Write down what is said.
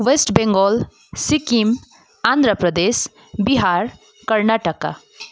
West Bengal Sikkim Andhra Pradesh Bihar Karnataka